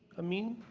amin?